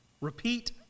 Repeat